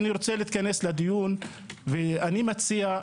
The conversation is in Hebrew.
אני מציע,